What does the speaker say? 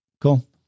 cool